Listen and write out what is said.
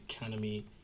economy